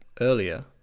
earlier